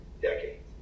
decades